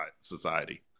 society